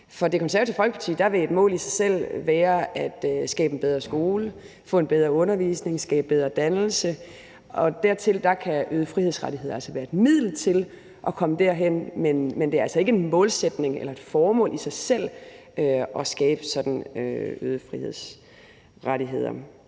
For Det Konservative Folkeparti vil et mål i sig selv være at skabe en bedre skole, få en bedre undervisning, skabe bedre dannelse, og dér kan øgede frihedsrettigheder altså være et middel til at komme derhen, men det er altså ikke en målsætning eller et formål i sig selv sådan at skabe øgede frihedsrettigheder.